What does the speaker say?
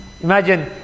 Imagine